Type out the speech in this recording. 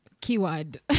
Keyword